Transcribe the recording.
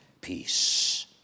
peace